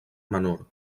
menor